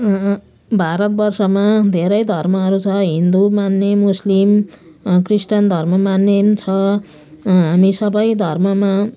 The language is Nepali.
भारतवर्षमा धेरै धर्महरू छ हिन्दू मान्ने मुस्लिम क्रिस्चियन धर्म मान्ने पनि छ हामी सबै धर्ममा